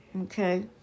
Okay